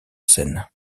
scène